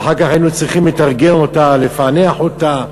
ואחר כך היינו צריכים לתרגם אותה, לפענח אותה,